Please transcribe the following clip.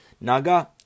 Naga